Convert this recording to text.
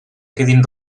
quedin